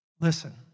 Listen